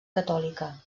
catòlica